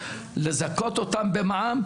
לזכות אותם במע"מ,